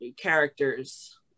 characters